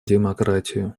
демократию